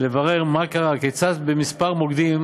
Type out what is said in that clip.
לברר מה קרה, כיצד בכמה מוקדים